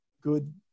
good